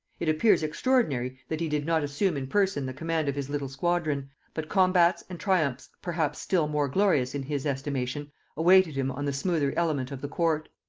it appears extraordinary that he did not assume in person the command of his little squadron but combats and triumphs perhaps still more glorious in his estimation awaited him on the smoother element of the court.